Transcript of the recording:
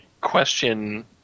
question